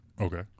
Okay